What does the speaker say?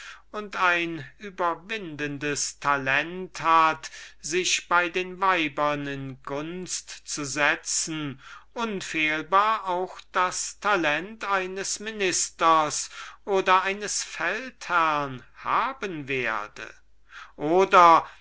und ein überwindendes talent hat sich bei den weibern in gunst zu setzen unfehlbar auch das talent eines ministers oder eines feldherrn haben werde oder